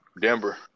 Denver